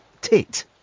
tit